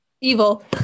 evil